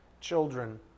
children